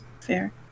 fair